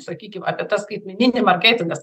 sakykim apie tą skaitmeninį marketingas